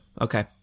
Okay